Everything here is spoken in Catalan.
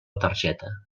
targeta